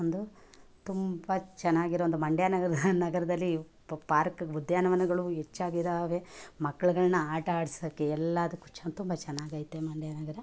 ಒಂದು ತುಂಬ ಚೆನ್ನಾಗಿರುವಂಥ ಮಂಡ್ಯ ನಗ್ ನಗರದಲ್ಲಿ ಪಾರ್ಕ್ ಉದ್ಯಾನವನಗಳು ಹೆಚ್ಚಾಗಿದ್ದಾವೆ ಮಕ್ಳುಗಳನ್ನ ಆಟ ಆಡ್ಸೋಕೆ ಎಲ್ಲದಕ್ಕೂ ಚ್ ತುಂಬ ಚೆನ್ನಾಗೈತೆ ಮಂಡ್ಯ ನಗರ